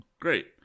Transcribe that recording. Great